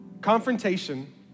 Confrontation